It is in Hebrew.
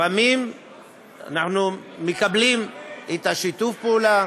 לפעמים אנחנו מקבלים את שיתוף הפעולה.